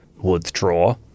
withdraw